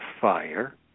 fire